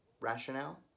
rationale